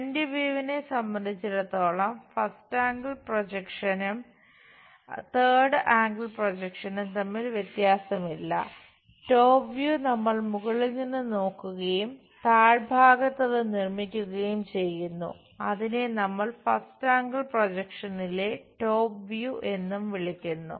front വ്യൂവിനെ എന്ന് വിളിക്കുന്നു